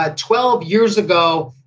ah twelve years ago,